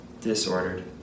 disordered